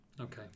Okay